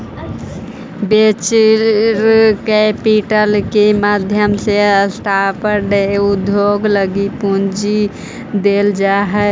venture capital के माध्यम से स्टार्टअप उद्योग लगी पूंजी देल जा हई